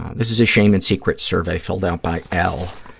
this is a shame and secrets survey filled out by l,